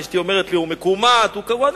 אשתי אומרת לי שהוא מקומט וקרוע.